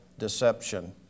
Deception